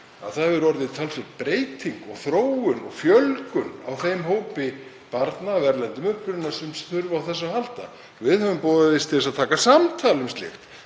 að það hefur orðið talsverð breyting og þróun og fjölgun í þeim hópi barna af erlendum uppruna sem þurfa á þessu að halda. Við höfum boðist til þess að taka samtal um slíkt